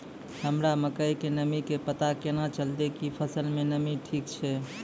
हमरा मकई के नमी के पता केना चलतै कि फसल मे नमी ठीक छै?